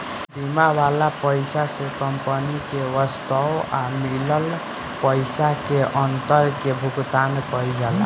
बीमा वाला पइसा से कंपनी के वास्तव आ मिलल पइसा के अंतर के भुगतान कईल जाला